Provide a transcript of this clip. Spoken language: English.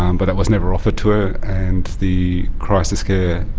um but it was never offered to her and the crisis care